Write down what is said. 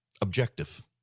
objective